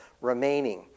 remaining